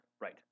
Right